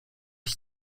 ich